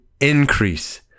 increase